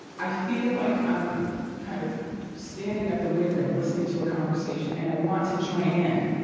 i feel like i'm kind of standing at the window listening to a conversation, and i want to join in,